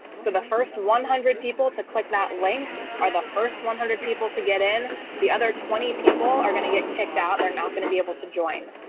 so the first one hundred people to click that link or the first one hundred people to get in the other twenty people are going to get kicked out they're not going to be able to join.